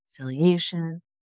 reconciliation